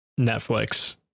Netflix